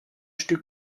stück